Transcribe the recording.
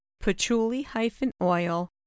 patchouli-oil